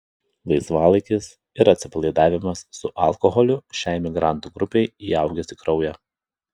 laisvalaikis ir atsipalaidavimas su alkoholiu šiai migrantų grupei įaugęs į kraują